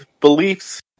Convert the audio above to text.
beliefs